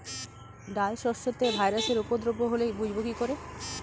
ডাল শস্যতে ভাইরাসের উপদ্রব হলে বুঝবো কি করে?